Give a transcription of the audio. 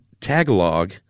Tagalog